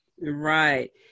Right